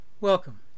Welcome